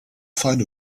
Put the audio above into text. find